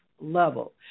level